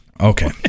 Okay